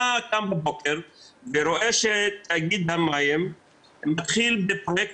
אתה קם בבוקר ורואה שתאגיד המים מתחיל בפרויקט